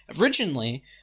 Originally